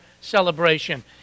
celebration